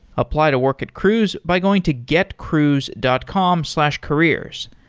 apply to work at cruise by going to getcruise dot com slash careers.